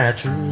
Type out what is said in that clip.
True